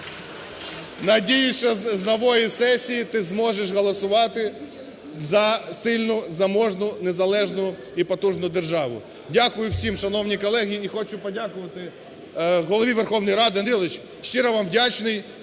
Надіюсь, що з нової сесії ти зможеш голосувати за сильну, заможну, незалежну і потужну державу. Дякую всім, шановні колеги! І хочу подякувати Голові Верховної Ради. Андрій Володимирович, щиро вам вдячний, вдячний